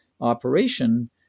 operation